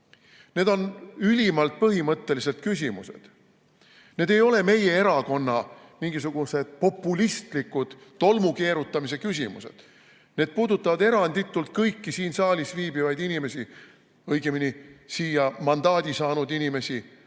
Need on ülimalt põhimõttelised küsimused. Need ei ole meie erakonna mingisugused populistlikud tolmukeerutamise küsimused, need puudutavad eranditult kõiki siin saalis viibivaid inimesi, õigemini siia mandaadi saanud inimesi,